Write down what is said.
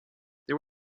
there